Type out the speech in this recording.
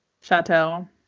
Chateau